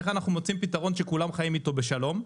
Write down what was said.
איך מוצאים פתרון שכולם חיים איתו בשלום.